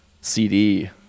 CD